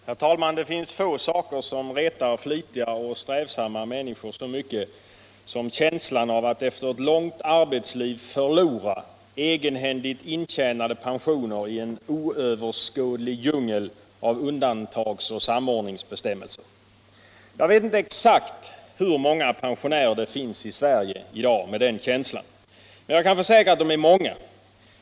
Herr talman! Det finns få saker som retar flitiga och strävsamma människor så mycket som känslan av att efter ett långt arbetsliv förlora egenhändigt intjänade pensioner i en oöverskådlig djungel av undantagsoch samordningsbestämmelser. Jag vet inte exakt hur många pensionärer det finns i Sverige i dag med den känslan. Men jag kan försäkra att det är många.